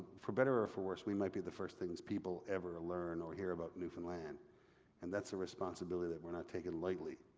for better or for worse we might be the first things people ever learn or hear about newfoundland and that's a responsibility that we're not taking lightly,